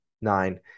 nine